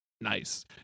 nice